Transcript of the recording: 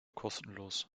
kostenlos